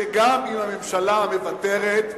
שגם אם הממשלה מוותרת,